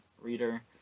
reader